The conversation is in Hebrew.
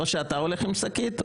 או שאתה הולך עם שקית,